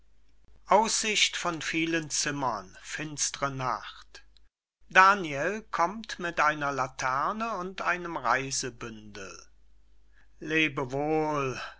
aussicht von vielen zimmern finstre nacht daniel kommt mit einer laterne und einem reisebündel